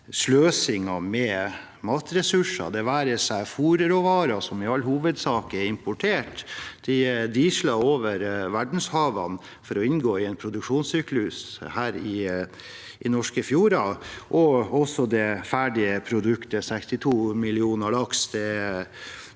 sløsingen med matressurser, det være seg fôrråvarer, som i all hovedsak er importert – «dieslet» over verdenshavene for å inngå i en produksjonssyklus her i norske fjorder – eller det ferdige produktet, de 62 millionene med laks,